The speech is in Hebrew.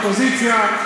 האופוזיציה,